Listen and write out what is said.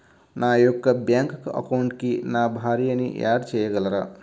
నా యొక్క బ్యాంక్ అకౌంట్కి నా భార్యని యాడ్ చేయగలరా?